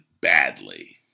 badly